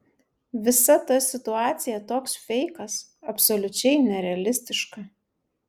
visa ta situacija toks feikas absoliučiai nerealistiška